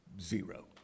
Zero